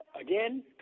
Again